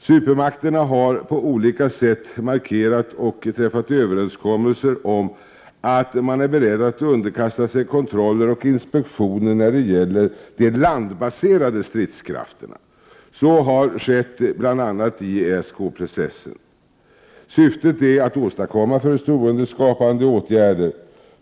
Supermakterna har på olika sätt markerat och träffat överenskommelser om att de är beredda att underkasta sig kontroller och inspektioner när det gäller de landbaserade stridskrafterna. Så har skett bl.a. i ESK-processen. Syftet är att åstadkomma förtroendeskapande åtgärder.